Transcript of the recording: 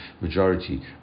majority